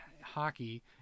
hockey